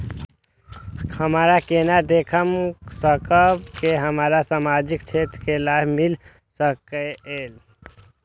हम केना देख सकब के हमरा सामाजिक क्षेत्र के लाभ मिल सकैये?